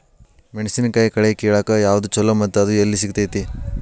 ಮೆಣಸಿನಕಾಯಿ ಕಳೆ ಕಿಳಾಕ್ ಯಾವ್ದು ಛಲೋ ಮತ್ತು ಅದು ಎಲ್ಲಿ ಸಿಗತೇತಿ?